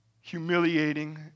humiliating